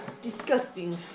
Disgusting